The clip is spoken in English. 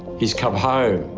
he's come home.